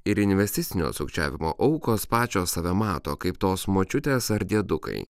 ir investicinio sukčiavimo aukos pačios save mato kaip tos močiutės ar diedukai